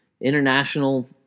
international